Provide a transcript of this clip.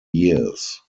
years